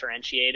differentiator